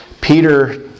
Peter